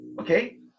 Okay